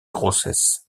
grossesse